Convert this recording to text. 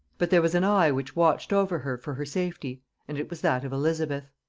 but there was an eye which watched over her for her safety and it was that of elizabeth.